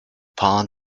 pawn